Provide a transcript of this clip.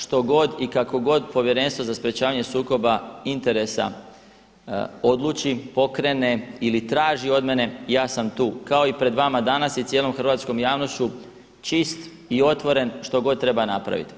Što god i kako god Povjerenstvo za sprječavanje sukoba interesa odluči, pokrene ili traži od mene ja sam tu kao i pred vama danas i cijelom hrvatskom javnošću čist i otvoren što god treba napraviti.